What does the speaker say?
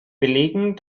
belegen